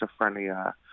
schizophrenia